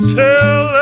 tell